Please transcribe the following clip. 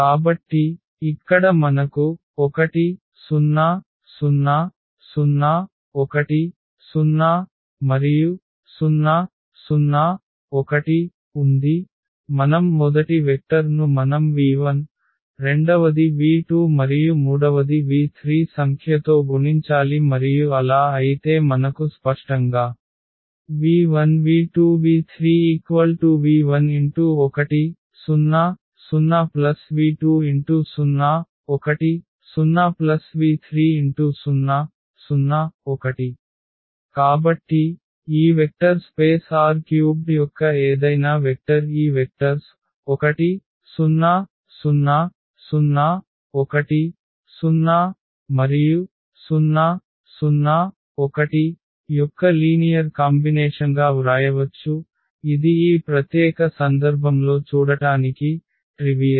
కాబట్టి ఇక్కడ మనకు 1 0 0 0 1 0 0 0 1 ఉంది మనం మొదటి వెక్టర్ ను మనం v1 రెండవది v2 మరియు మూడవది v3 సంఖ్యతో గుణించాలి మరియు అలా అయితే మనకు స్పష్టంగా v1 v2 v3 v11 0 0 v20 1 0 v30 0 1 కాబట్టి ఈ వెక్టర్ స్పేస్ R³ యొక్క ఏదైనా వెక్టర్ ఈ వెక్టర్స్ 1 0 0 0 1 0 0 0 1 యొక్క లీనియర్ కాంబినేషన్గా వ్రాయవచ్చు ఇది ఈ ప్రత్యేక సందర్భంలో చూడటానికి చాలా చిన్నది